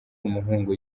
umuhungu